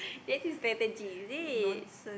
ya this is strategy is it